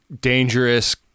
dangerous